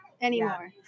anymore